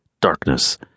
darkness